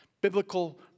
biblical